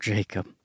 Jacob